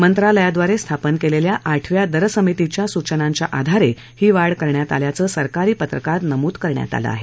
मंत्रालयाद्वारे स्थापन केलेल्या आठव्या दर समितीच्या सूवनांच्या आधारे ही वाढ करण्यात आल्याचं सरकारी पत्रकात नमूद करण्यात आलं आहे